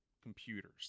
computers